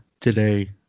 today